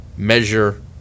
measure